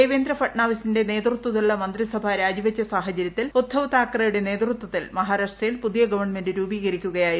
ദേവേന്ദ്രിക്ക്യ്നാവിസിന്റെ നേതൃത്വത്തിലുള്ള മന്ത്രിസഭ രാജിവച്ച സാഹചര്യത്തിൽ ഉദ്ധവ് താക്കറെയുടെ നേതൃത്വത്തിൽ മഹാരാഷ്ട്രയിൽ പുതിയ ഗവൺമെന്റ് രൂപീകരിക്കുകയായിരുന്നു